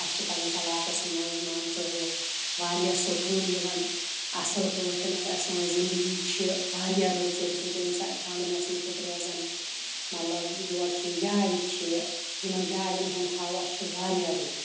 اَسہِ چھِ پَننِس عَلاقَس مَنٛز مان ژٕ ہہُ واریاہ سکوٗن یِوان اَصل پٲٹھۍ حظ سٲنۍ زِندگی چھِ واریاہ رٕژ ییٚمہِ سۭتۍ ٹھَنٛڈ موسمہٕ سۭتۍ روزَان مَطلَب یورٕ چھِ یارِ چھِ یِمَن یاریٚن ہُنٛد ہَوا چھُ واریاہ رُت